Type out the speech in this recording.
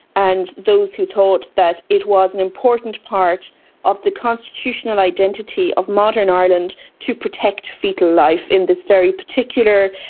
and those who thought that it was an important part of the constitutional identity of modern ireland to protect foetal life in this very particular,